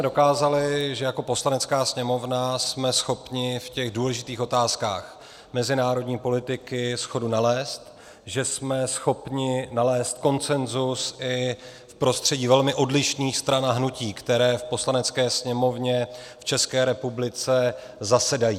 My jsme dokázali, že jako Poslanecká sněmovna jsme schopni v důležitých otázkách mezinárodní politiky shodu nalézt, že jsme schopni nalézt konsenzus i v prostředí velmi odlišných stran a hnutí, které v Poslanecké sněmovně v České republice zasedají.